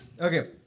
Okay